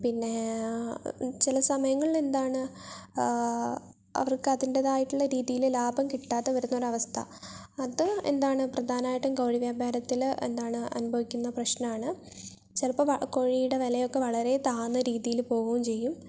പിന്നെ ചില സമയങ്ങളിൽ എന്താണ് ആ അവർക്ക് അതിൻ്റെ തായിട്ടുള്ള രീതിയില് ലാഭം കിട്ടാതെ വരുന്ന ഒരവസ്ഥ അത് എന്താണ് പ്രധാനമായിട്ടും കോഴി വ്യാപാരത്തില് എന്താണ് അനുഭവിക്കുന്ന പ്രശ്നമാണ് ചിലപ്പോൾ വള കോഴിയുടെ വിലയൊക്കെ വളരെ താഴ്ന്ന രീതിയില് പോവുകയും ചെയ്യും